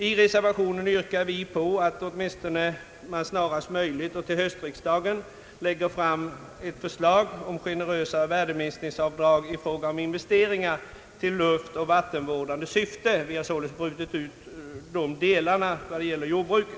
I reservationen yrkar vi att man snarast möjligt, helst till höstriksdagen, framlägger ett förslag om generösare värdeminskningsavdrag i fråga om investeringar i luftoch vattenvårdande syfte. Vi har således brutit ut de delarna när det gäller jordbruket.